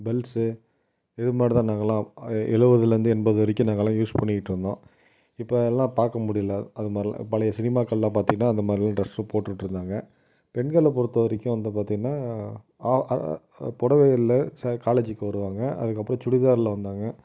bells இதுமாதிரிதான் நாங்கலாம் எழுபதுலேந்து எண்பது வரைக்கும் நாங்கலள்லாம் யூஸ் பண்ணிக்கிட்டிருந்தோம் இப்போ அதெல்லாம் பார்க்க முடியலை அதுமாதிரிலாம் பழைய சினிமாக்களில் பார்த்தீங்கன்னா அந்தமாதிரிலாம் ட்ரெஸ்ஸு போட்டுட்டிருந்தாங்க பெண்களை பொருத்த வரைக்கும் வந்து பார்த்தீங்கன்னா புடவைகள்ல சா காலேஜுக்கு வருவாங்க அதுக்கப்புறம் சுடிதாரில் வந்தாங்க